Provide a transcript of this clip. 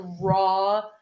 raw